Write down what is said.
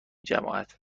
جماعت